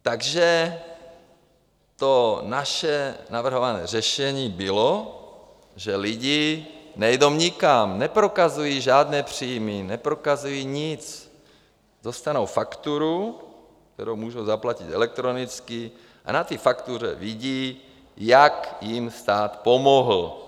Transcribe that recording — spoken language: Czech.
Takže to naše navrhované řešení bylo, že lidi nejdou nikam, neprokazují žádné příjmy, neprokazují nic, dostanou fakturu, kterou můžou zaplatit elektronicky, a na té faktuře vidí, jak jim stát pomohl.